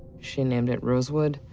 she named it rosewood,